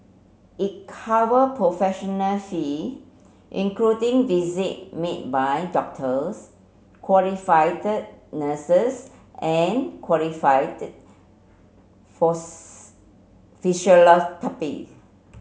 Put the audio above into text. it cover professional fee including visit made by doctors qualified nurses and qualified